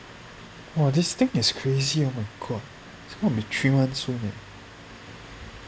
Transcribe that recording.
!wah! this thing is crazy oh my god it's going to be three months soon eh